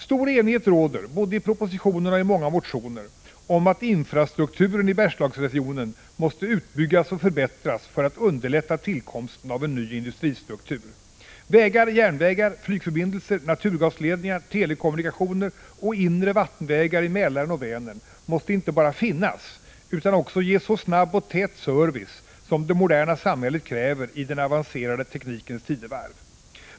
Stor enighet råder — både i propositionerna och i många motioner — om att infrastrukturen i Bergslagsregionen måste utbyggas och förbättras för att underlätta tillkomsten av en ny industristruktur. Vägar, järnvägar, flygförbindelser, naturgasledningar, telekommunikationer och inre vattenvägar i Mälaren och Vänern måste inte bara finnas utan också ge så snabb och tät service som det moderna samhället kräver i den avancerade teknikens tidevarv.